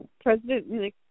President